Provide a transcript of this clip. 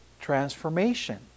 transformation